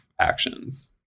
actions